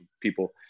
people